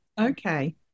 okay